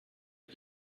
but